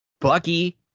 Bucky